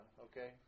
okay